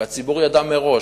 והציבור ידע מראש,